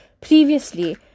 previously